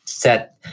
set